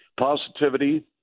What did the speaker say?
Positivity